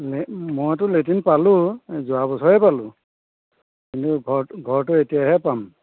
মইতো লেটিন পালোঁ যোৱা বছৰে পালোঁ কিন্তু ঘৰটো এতিয়াহে পাম